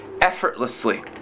effortlessly